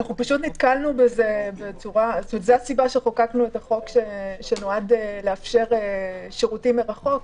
זו הסיבה שחוקקנו את החוק שנועד לאפשר שירותים מרחוק,